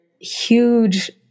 huge